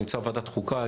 נמצא בוועדת החוקה,